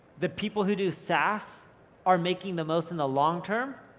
the people who do saas are making the most in the long term.